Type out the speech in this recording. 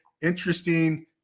interesting